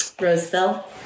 Roseville